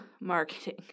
marketing